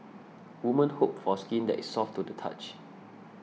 women hope for skin that is soft to touch